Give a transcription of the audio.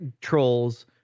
trolls